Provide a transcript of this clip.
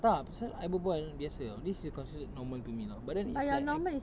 tak pasal I berbual biasa tahu this is considered normal to me tahu but then it's like act~